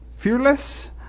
Fearless